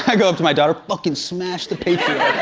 yeah go up to my daughter, fuckin' smash the patriarchy.